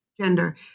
gender